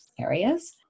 areas